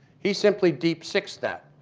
he simply deep sixed that.